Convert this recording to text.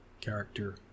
character